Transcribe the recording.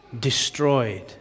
destroyed